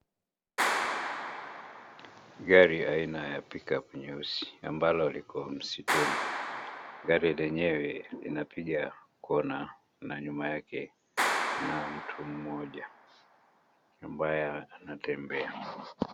Gari aina ya pickup nyeusi ambalo liko msituni. Gari lenyewe linapiga kona na nyuma yake kuna mtu mmoja ambaye anatembea.